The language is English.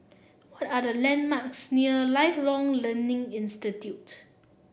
what are the landmarks near Lifelong Learning Institute